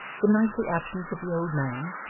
the nightly absence of the old man,